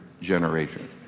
generation